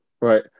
Right